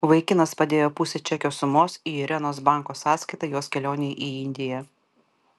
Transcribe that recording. vaikinas padėjo pusę čekio sumos į irenos banko sąskaitą jos kelionei į indiją